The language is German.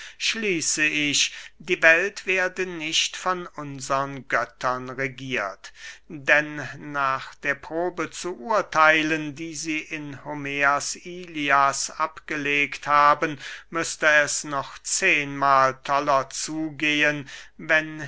schließe ich die welt werde nicht von unsern göttern regiert denn nach der probe zu urtheilen die sie in homers ilias abgelegt haben müßte es noch zehnmahl toller zugehen wenn